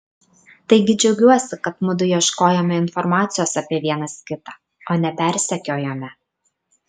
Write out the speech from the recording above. taigi džiaugiuosi kad mudu ieškojome informacijos apie vienas kitą o ne persekiojome